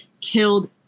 killed